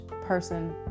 person